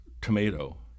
tomato